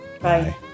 Bye